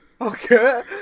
Okay